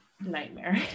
nightmare